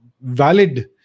valid